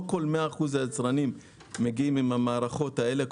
לא 100% מן היצרנים מגיעים עם המערכות הללו.